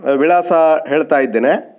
ವಿಳಾಸ ಹೇಳ್ತಾಯಿದ್ದೇನೆ